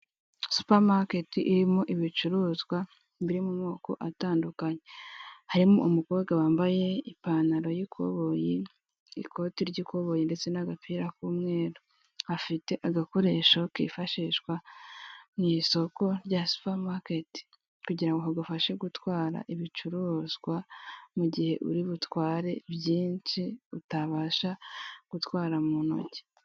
Supamaketi irimo ibicuruzwa biri mu moko atandukanye, harimo umukobwa wambaye ipantaro y'ikoboyi, ikoti ry'ikoboyi ndetse n'agapira k'umweru, afite agakoresho kifashishwa mu isoko rya supamaketi kugira ngo kagufashe gutwara ibicuruzwa mu gihe uri butware byinshi utabasha gutwara mu ntoki.